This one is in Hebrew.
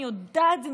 אני יודעת,